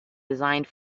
designed